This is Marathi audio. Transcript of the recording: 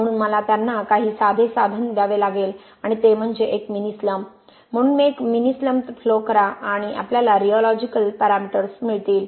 म्हणून मला त्यांना काही साधे साधन द्यावे लागेल आणि ते म्हणजे एक मिनी स्लंप म्हणून एक मिनी स्लंप फ्लो करा आणि आपल्याला रिऑलॉजीकल पॅरामीटर्स मिळतील